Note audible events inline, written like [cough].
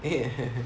eh [laughs]